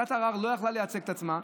ועדת הערר לא יכלה לייצג את עצמה,